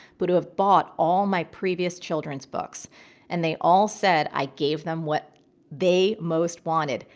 but who have bought all my previous children's books and they all said i gave them what they most wanted.